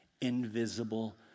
invisible